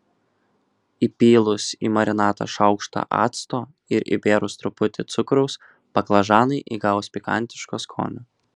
įpylus į marinatą šaukštą acto ir įbėrus truputį cukraus baklažanai įgaus pikantiško skonio